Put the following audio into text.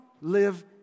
live